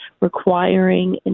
requiring